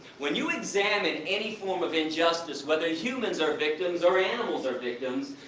when you examine any form of injustice, whether humans are victims or animals are victims,